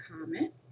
comment